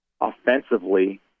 offensively